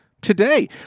today